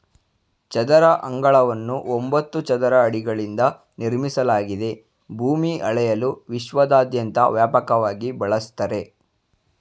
ಚದರ ಅಂಗಳವನ್ನು ಒಂಬತ್ತು ಚದರ ಅಡಿಗಳಿಂದ ನಿರ್ಮಿಸಲಾಗಿದೆ ಭೂಮಿ ಅಳೆಯಲು ವಿಶ್ವದಾದ್ಯಂತ ವ್ಯಾಪಕವಾಗಿ ಬಳಸ್ತರೆ